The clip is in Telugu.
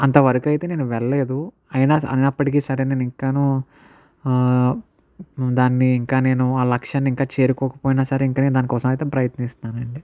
అంతవరకు అయితే నేను వెళ్ళలేదు అయినా స అయినప్పటికీ సరే నేను ఇంకాను దాన్ని ఇంకా నేను ఆ లక్ష్యాన్ని ఇంకా నేను చేరుకోకపోయినా సరే ఇంకా నేను దానికోసం అయితే ప్రయత్నిస్తున్నాను అండి